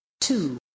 two